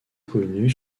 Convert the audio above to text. connue